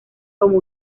como